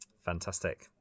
Fantastic